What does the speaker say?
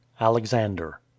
ALEXANDER